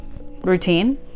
routine